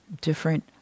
different